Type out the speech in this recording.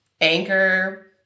anchor